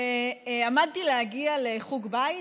עמדתי להגיע לחוג בית,